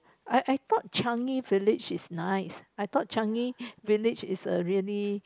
I I thought Changi Village is nice I thought Changi Village is err really